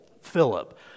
Philip